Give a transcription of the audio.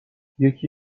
یکی